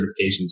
certifications